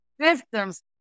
systems